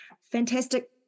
fantastic